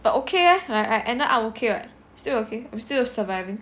but okay eh like I ended up okay [what] still okay I'm still surviving